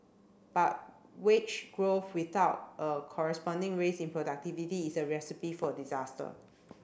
but wage growth without a corresponding raise in productivity is a recipe for disaster